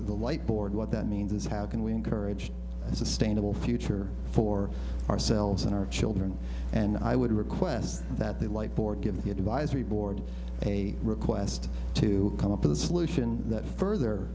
light board what that means is how can we encourage a sustainable future for ourselves and our children and i would request that the light board give the advisory board a request to come up with a solution that further